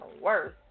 worse